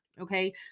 okay